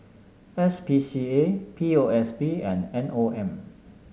S P C A P O S B and M O M